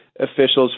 officials